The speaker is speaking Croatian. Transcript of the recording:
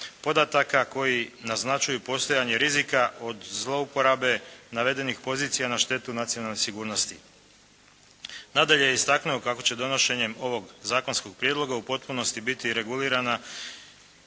podataka koji naznačuju postojanje rizika od zlouporabe navedenih pozicija na štetu nacionalne sigurnosti. Nadalje je istaknuo kako će donošenjem ovog zakonskog prijedloga u potpunosti biti regulirana